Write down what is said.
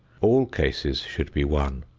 all cases should be won.